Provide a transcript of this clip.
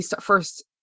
first